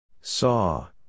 Saw